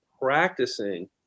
practicing